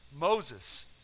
Moses